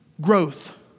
growth